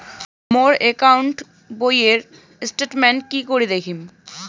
মোর account বইয়ের statement কি করি দেখিম?